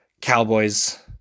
cowboys